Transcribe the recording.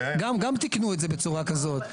גם תיקנו את זה בצורה כזאת.